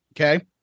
Okay